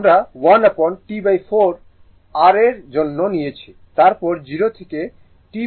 আমরা 1 upon T4 r এর জন্য নিয়েছি তারপর 0 থেকে T4Vm T4 dt নেবেন